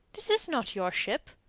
this is not your ship.